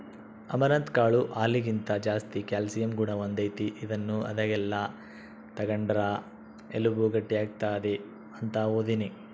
amaranth ಕಾಳು ಹಾಲಿಗಿಂತ ಜಾಸ್ತಿ ಕ್ಯಾಲ್ಸಿಯಂ ಗುಣ ಹೊಂದೆತೆ, ಇದನ್ನು ಆದಾಗೆಲ್ಲ ತಗಂಡ್ರ ಎಲುಬು ಗಟ್ಟಿಯಾಗ್ತತೆ ಅಂತ ಓದೀನಿ